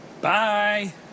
Bye